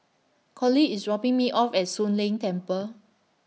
Collie IS dropping Me off At Soon Leng Temple